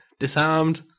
Disarmed